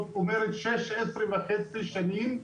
זאת אומרת שש עשרה וחצי שנים.